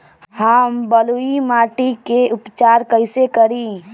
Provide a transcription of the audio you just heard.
हम बलुइ माटी के उपचार कईसे करि?